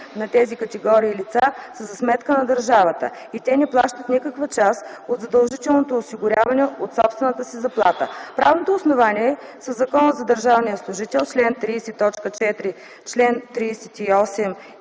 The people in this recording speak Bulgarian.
на тези категории лица са за сметка на държавата и те не плащат никаква част от задължителното осигуряване от собствената си заплата. Правното основание са Законът за държавния служител, чл. 30 т. 4 и чл. 38